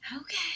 Okay